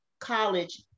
college